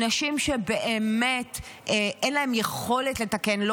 אנשים שבאמת אין להם יכולת לתקן,